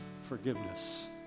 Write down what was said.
forgiveness